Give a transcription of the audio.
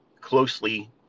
closely